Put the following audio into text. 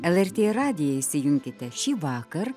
lrt radiją įsijunkite šįvakar